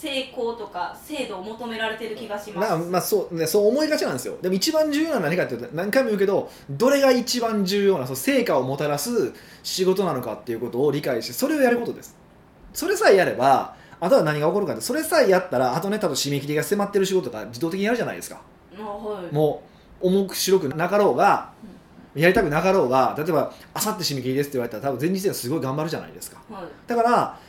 成功とか、精度を求められてる気がします。な、まあ、そう、ね、そう思いがちなんですよ。でも一番重要なのは何かっていうと、何回も言うけど、どれが一番重要な、その成果をもたらす仕事なのかっていうことを理解して、それをやることです。それさえやれば、あとは何が起こるかって、それさえやったら、あとね、多分締め切りが迫ってる仕事とか、自動的にやるじゃないですか。あ、はい。もう、重くしろくなかろうが、うん。やりたくなかろうが、例えば、明後日締め切りですって言われたら、多分前日にはすごい頑張るじゃないですか。はい。だから、